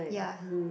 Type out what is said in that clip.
yeah